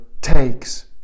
takes